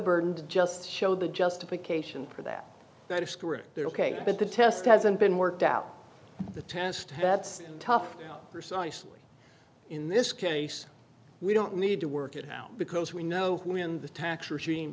burden to just show the justification for that they're ok but the test hasn't been worked out the test that's tough precisely in this case we don't need to work it now because we know when the tax regime